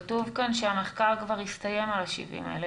כתוב כאן שהמחקר כבר הסתיים על ה-70,000.